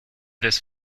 this